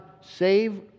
save